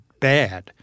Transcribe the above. bad